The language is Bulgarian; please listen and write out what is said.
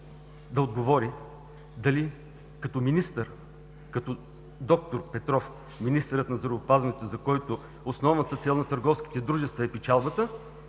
да отговори дали като министър, като д-р Петров – министърът на здравеопазването, за който основната цел са търговските дружества и печалбата,